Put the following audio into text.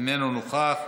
אינו נוכח,